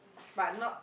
but not